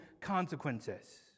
consequences